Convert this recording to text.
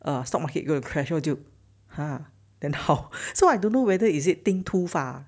err stock market going to crash 就 ha then how so I don't know whether is it think too far